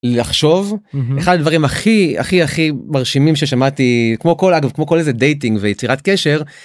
לחשוב, אחד הדברים הכי הכי הכי מרשימים ששמעתי כמו כל אגב כמו כל איזה דייטינג ויצירת קשר.